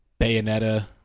Bayonetta